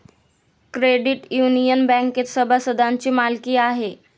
credit union बँकेत सभासदांची मालकी आहे